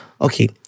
Okay